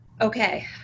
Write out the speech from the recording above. Okay